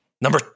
Number